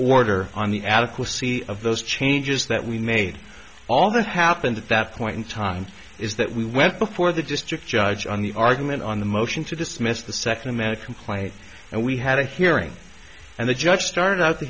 order on the adequacy of those changes that we made all that happened at that point in time is that we went before the district judge on the argument on the motion to dismiss the second man a complaint and we had a hearing and the judge started out the